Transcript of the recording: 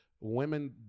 Women